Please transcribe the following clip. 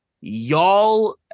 Y'all